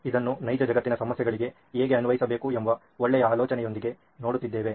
ಇದನ್ನು ನೈಜ ಜಗತ್ತಿನ ಸಮಸ್ಯೆಗಳಿಗೆ ಹೇಗೆ ಅನ್ವಯಿಸಬೇಕು ಎಂಬ ಒಳ್ಳೆಯ ಆಲೋಚನೆಯೊಂದಿಗೆ ನೋಡುತ್ತಿದ್ದೇವೆ